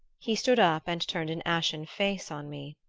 he stood up and turned an ashen face on me.